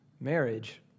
Marriage